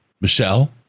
Michelle